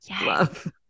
love